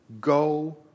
Go